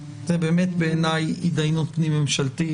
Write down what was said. בעיניי זאת התדיינות פנים ממשלתית.